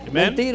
Amen